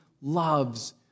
loves